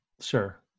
Sure